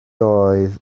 oedd